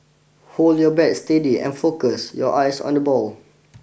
hold your bat steady and focus your eyes on the ball